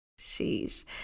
sheesh